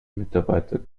mitarbeiter